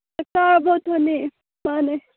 ꯇꯥꯕ꯭ꯔꯣ ꯊꯣꯅꯤ ꯃꯥꯅꯦ